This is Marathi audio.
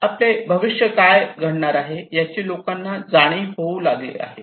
आपले भविष्य काय घडणार आहे याची लोकांना आता जाणीव होऊ लागली आहे